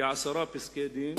כעשרה פסקי-דין,